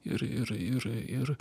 ir ir ir ir